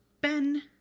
ben